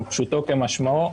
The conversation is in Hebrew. פשוטו כמשמעו,